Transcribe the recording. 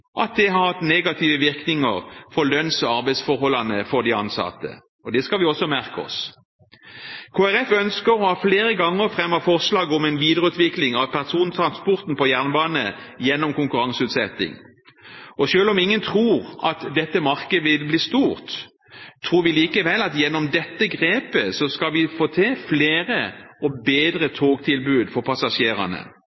at det har hatt negative virkninger på lønns- og arbeidsforholdene for de ansatte, og det skal vi også merke oss. Kristelig Folkeparti ønsker og har flere ganger fremmet forslag om en videreutvikling av persontransporten på jernbane gjennom konkurranseutsetting. Selv om ingen tror at dette markedet vil bli stort, tror vi likevel at vi gjennom dette grepet skal få til flere og bedre